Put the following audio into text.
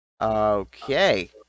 Okay